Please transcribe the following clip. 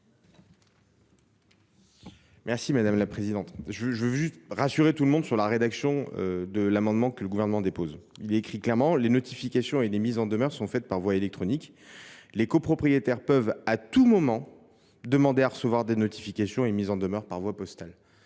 n° 18 rectifié ? Je veux rassurer tout le monde sur la rédaction de l’amendement que le Gouvernement dépose. Je reprends ses termes qui sont clairs :« Les notifications et les mises en demeure sont faites par voie électronique. Les copropriétaires peuvent à tout moment demander à recevoir les notifications et mises en demeure par voie postale.